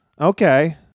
Okay